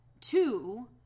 two